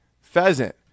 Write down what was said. pheasant